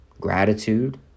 gratitude